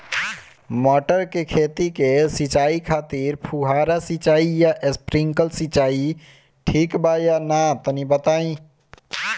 मटर के खेती के सिचाई खातिर फुहारा सिंचाई या स्प्रिंकलर सिंचाई ठीक बा या ना तनि बताई?